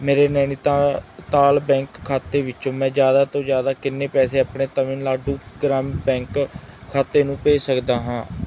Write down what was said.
ਮੇਰੇ ਨੈਨੀਤਾਲ ਬੈਂਕ ਖਾਤੇ ਵਿੱਚੋਂ ਮੈਂ ਜ਼ਿਆਦਾ ਤੋਂ ਜ਼ਿਆਦਾ ਕਿੰਨੇ ਪੈਸੇ ਆਪਣੇ ਤਾਮਿਲਨਾਡੂ ਗ੍ਰਾਮ ਬੈਂਕ ਖਾਤੇ ਨੂੰ ਭੇਜ ਸਕਦਾ ਹਾਂ